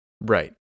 Right